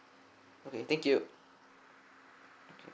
okay thank you